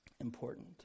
important